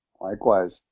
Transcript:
Likewise